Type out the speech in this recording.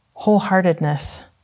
wholeheartedness